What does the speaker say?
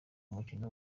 umukino